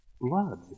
Blood